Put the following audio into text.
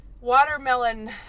watermelon